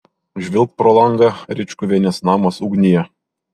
žvilgt pro langą ričkuvienės namas ugnyje